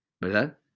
¿verdad